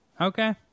Okay